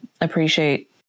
appreciate